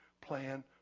plan